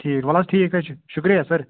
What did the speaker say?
ٹھیٖک وَلہٕ حظ ٹھیٖک حظ چھُ شُکریہ سَر